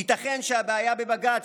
ייתכן שהבעיה בבג"ץ,